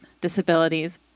disabilities